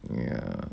ya